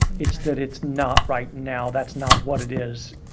it's that it's not right now, that's not what it is,